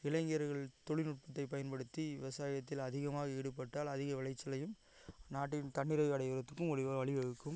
இளைஞர்கள் தொழில்நுட்பத்தை பயன்படுத்தி விவசாயத்தில் அதிகமாக ஈடுபட்டால் அதிக விளைச்சலையும் நாட்டின் தன்னிறைவு அடையிறதுக்கும் ஒரு வழிவகுக்கும்